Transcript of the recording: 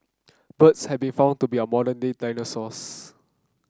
birds have been found to be our modern day dinosaurs